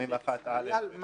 81א3,